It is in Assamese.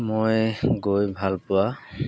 মই গৈ ভালপোৱা